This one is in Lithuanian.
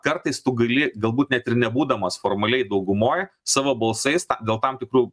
kartais tu gali galbūt net ir nebūdamas formaliai daugumoj savo balsais dėl tam tikrų